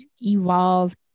evolved